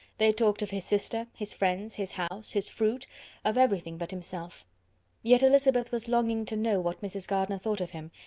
they talked of his sister, his friends, his house, his fruit of everything but himself yet elizabeth was longing to know what mrs. gardiner thought of him,